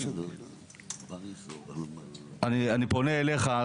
אדוני היושב-ראש, אני פונה אליך: